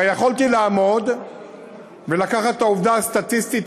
הרי יכולתי לעמוד ולקחת את העובדה הסטטיסטית